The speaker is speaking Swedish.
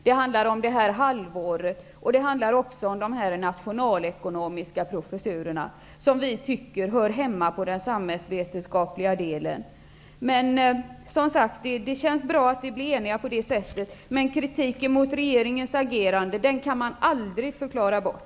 Det handlar om det här halvåret, och det handlar också om de nationalekonomiska professurerna, som vi tycker hör hemma på den samhällsvetenskapliga delen. Det känns bra att vi blev eniga, men regeringens agerande kan aldrig förklaras bort.